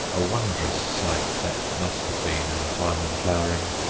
a wondrous sight that must have been in the time of flowering.